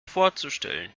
vorzustellen